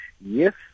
Yes